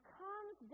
comes